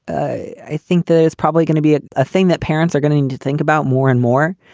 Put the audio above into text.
i think there's probably gonna be ah a thing that parents are gonna need to think about more and more.